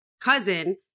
cousin